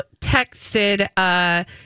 texted